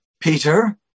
Peter